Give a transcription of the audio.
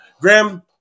Graham